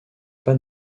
pas